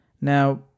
Now